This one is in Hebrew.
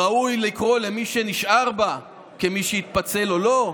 ראוי לקרוא למי שנשאר בה כמי שהתפצל או לא?